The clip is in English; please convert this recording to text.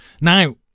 Now